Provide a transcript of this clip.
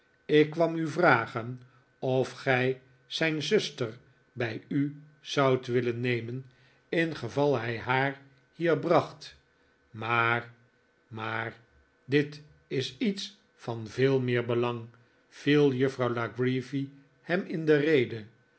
ik kwam u vragen of gij zijn zuster bij u zoudt willen nemen ingeval hij haar hier bracht maar maar dit is iets van veel meer belang viel juffrouw la creevy hem in de rede